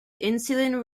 insulin